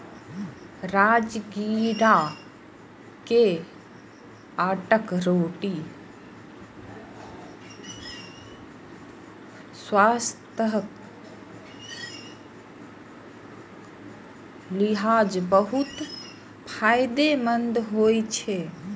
राजगिरा के आटाक रोटी स्वास्थ्यक लिहाज बहुत फायदेमंद होइ छै